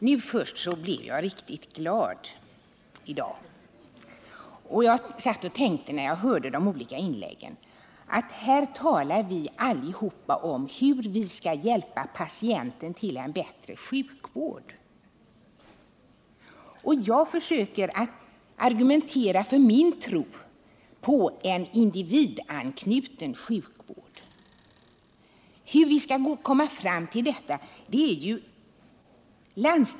Herr talman! Nu först blev jag riktigt glad! Jag satt och tänkte, när jag hörde de olika inläggen: Här talar vi alla om hur vi skall hjälpa patienter till en bättre sjukvård. Och jag försöker argumentera för min tro på en individanknuten sjukvård.